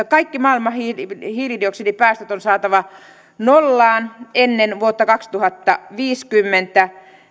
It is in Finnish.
kaikki maailman hiilidioksidipäästöt on saatava nollaan ennen vuotta kaksituhattaviisikymmentä